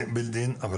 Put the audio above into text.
הוא מובנה בתוכו?